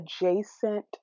adjacent